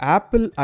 Apple